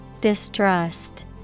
distrust